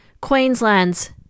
queensland's